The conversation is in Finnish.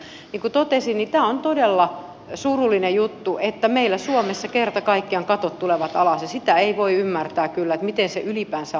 niin kuin totesin tämä on todella surullinen juttu että meillä suomessa kerta kaikkiaan katot tulevat alas ja sitä ei voi ymmärtää kyllä miten se ylipäänsä on mahdollista